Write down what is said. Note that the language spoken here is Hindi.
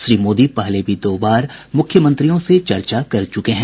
श्री मोदी पहले भी दो बार मूख्यमंत्रियों से चर्चा कर चुके हैं